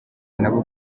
nabo